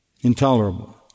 Intolerable